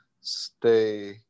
stay